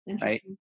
right